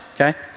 okay